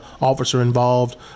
officer-involved